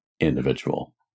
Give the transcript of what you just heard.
individual